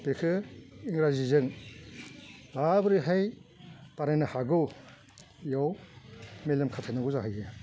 बेखौ इंराजीजों माबोरैहाय बानायनो हागौ बियाव मेलेम खाथायनांगौ जाहैयो